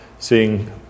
seeing